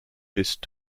bist